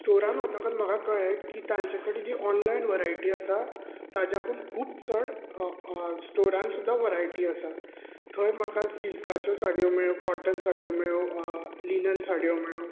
स्टॉरान वतकत म्हाका कळ्ळें की तांचे कडेन जी ऑनलायन वरायटी आसा ताच्याकून खूब चड स्टोरान सुद्दां वरायटी आसा थंय म्हाका सिल्काच्यो साड्यो मेळ्यो कॉटन साड्यो मेळ्यो लिनन साड्यो मेळ्यो